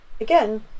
Again